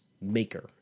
maker